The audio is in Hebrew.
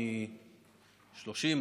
מ-30,